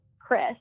Chris